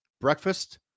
Breakfast